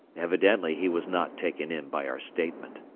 evidently he was not taken in by our statement.